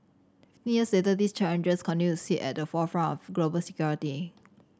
fifteen years later these challenges continue to sit at the forefront of global security